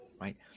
Right